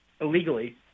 illegally